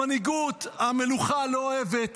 המנהיגות, המלוכה לא אוהבת